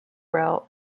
rail